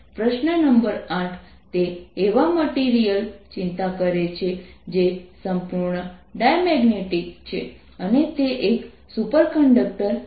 પ્રશ્ન નંબર 8 તે એવા મટીરીયલ ચિંતા કરે છે જે સંપૂર્ણ ડાયગ્મેગ્નેટિક છે અને તે એક સુપરકંડક્ટર છે